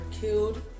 killed